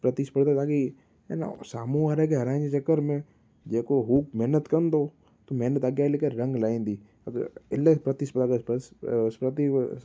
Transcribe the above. प्रतिस्पर्धा ताकी आए न साम्हूं वारे खे हराइण जे चकर में जेको हू महिनत कंदो त महिनत अॻियां हली करे रंगु लाहींदी अॻे इल प्रतिस्पर्धा स्प्रति अ